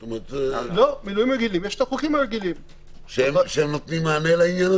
יש להם חוקים רגילים שנותנים מענה.